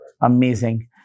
Amazing